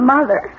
Mother